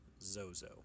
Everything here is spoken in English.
Zozo